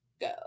Go